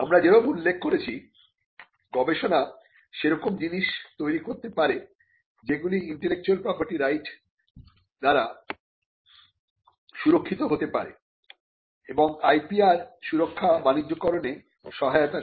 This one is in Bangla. আমরা যেরকম উল্লেখ করেছি গবেষণা সেরকম জিনিস তৈরি করতে পারে যেগুলি ইন্টেলেকচুয়াল প্রপার্টি রাইট দ্বারা সুরক্ষিত হতে পারে এবং IPR সুরক্ষা বাণিজ্যকরনে সহায়তা করে